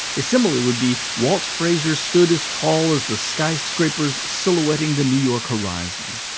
a simile would be, walt frazier stood as tall as the skyscrapers silhouetting the new york horizon.